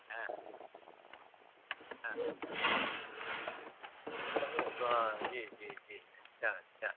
हाँ हाँ ब जी जी जी अच्छा अच्छा